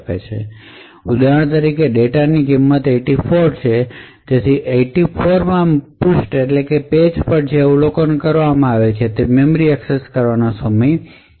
તેથી અહીં ઉદાહરણ તરીકે ડેટાની ની કિંમત 84 છે અને તેથી 84 મી પૃષ્ઠ પર જે અવલોકન કરવામાં આવે છે તે છે કે મેમરી નો એક્સેસ કરવાનો સમય ઓછો છે